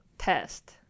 test